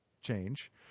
change